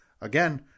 again